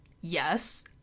Yes